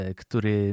który